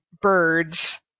birds